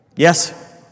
Yes